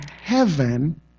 heaven